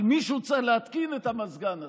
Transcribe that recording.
אבל מישהו צריך להתקין את המזגן הזה.